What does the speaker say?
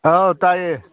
ꯑꯥ ꯇꯥꯏꯌꯦ